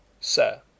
Sir